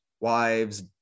wives